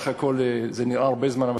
זה נראה הרבה זמן,